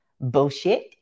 Bullshit